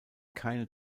keine